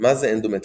מה זה אנדומטריוזיס,